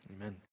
Amen